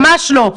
ממש לא.